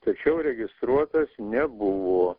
tačiau registruotas nebuvo